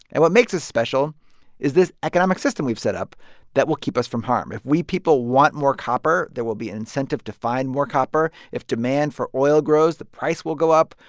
and what makes us special is this economic system we've set up that will keep us from harm. if we people want more copper, there will be incentive to find more copper. if demand for oil grows, the price will go up,